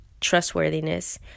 trustworthiness